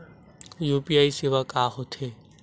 UPI सेवा का होथे?